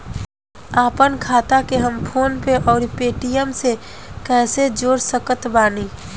आपनखाता के हम फोनपे आउर पेटीएम से कैसे जोड़ सकत बानी?